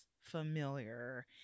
familiar